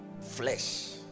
flesh